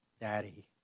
daddy